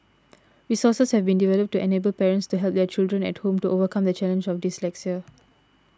resources have been developed to enable parents to help their children at home to overcome the challenge of dyslexia